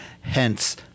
Hence